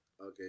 Okay